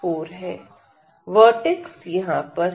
vertices यहां पर है